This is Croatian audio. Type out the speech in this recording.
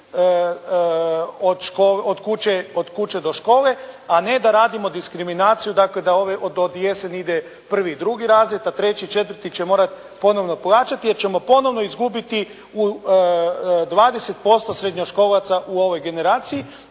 od kuće do škole, a ne da radimo diskriminaciju dakle da od jeseni ide 1. i 2. razred, a 3. i 4. će morati ponovno plaćati jer ćemo ponovno izgubiti 20% srednjoškolaca u ovoj generaciji.